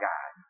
God